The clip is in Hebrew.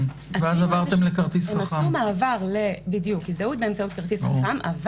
הם עשו מעבר להזדהות באמצעות כרטיס חכם.